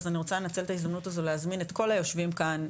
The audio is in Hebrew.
אז אני רוצה לנצל את ההזדמנות הזו להזמין את כל היושבים כאן,